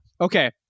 okay